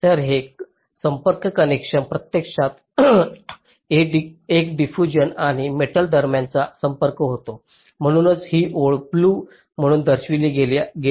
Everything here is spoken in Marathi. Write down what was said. तर हे संपर्क कनेक्शन प्रत्यक्षात एक डिफ्यूजन आणि मेटल दरम्यानचा संपर्क होता म्हणूनच ही ओळ ब्लू म्हणून दर्शविली गेली